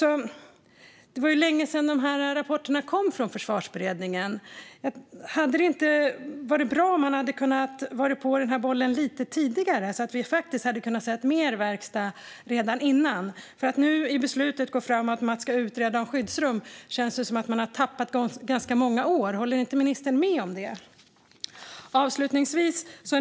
Det var länge sedan dessa rapporter kom från Försvarsberedningen. Hade det inte varit bra om man varit på den här bollen lite tidigare så att vi redan hade kunnat se mer verkstad? När man nu i beslutet går fram med att man ska utreda skyddsrummen känns det som att vi har tappat ganska många år. Håller ministern inte med om det?